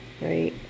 right